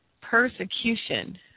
persecution